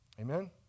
amen